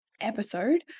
episode